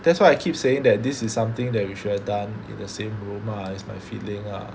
that's why I keep saying that this is something that we should have done in the same room ah that's my feeling lah